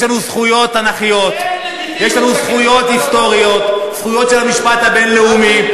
אנחנו לא מקיימים דיון על חוקיות ההתנחלויות עכשיו.